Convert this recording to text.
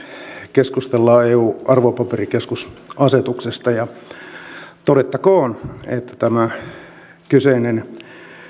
keskustellaan eun arvopaperikeskusasetuksesta todettakoon että kyseinen